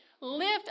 lift